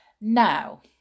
now